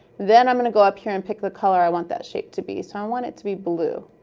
then i'm going to go up here and pick the color i want that shape to be. so i want it to be blue.